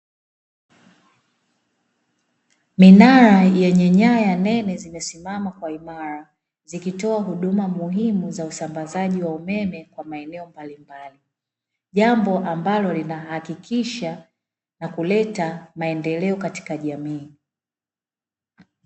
Minara yenye nyaya nene zimesimama kwa uimara, zikitoa huduma muhimu za usambazaji wa umeme kwa maeneo mbalimbali. Jambo ambalo linahakikisha na kuleta maendeleo katika jamii.